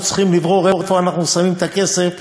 אנחנו צריכים לברור איפה אנחנו שמים את הכסף,